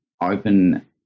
open